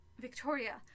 Victoria